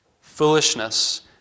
Foolishness